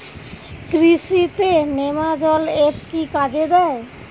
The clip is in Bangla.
কৃষি তে নেমাজল এফ কি কাজে দেয়?